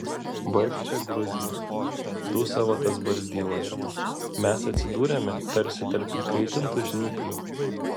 vargšė gruzija dūsavo tas barzdyla mes atsidūrėme tarsi tarp įkaitintų žnyplių